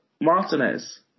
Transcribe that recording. Martinez